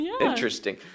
interesting